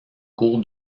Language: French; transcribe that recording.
cour